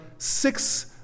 six